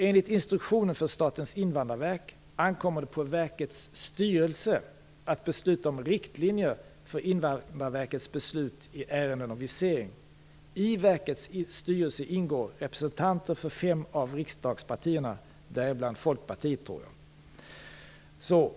Enligt instruktionen för Statens invandrarverk ankommer det på verkets styrelse att besluta om riktlinjer för Invandrarverkets beslut i ärenden om visering. I verkets styrelse ingår representanter för fem av riksdagspartierna, däribland Folkpartiet.